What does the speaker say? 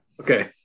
Okay